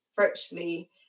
virtually